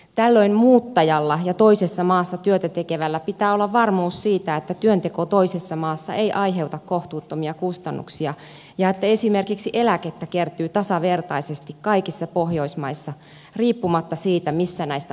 tällöin muuttajalla ja toisessa maassa työtä tekevällä pitää olla varmuus siitä että työnteko toisessa maassa ei aiheuta kohtuuttomia kustannuksia ja että esimerkiksi eläkettä kertyy tasavertaisesti kaikissa pohjoismaissa riippumatta siitä missä näistä maista työskentelee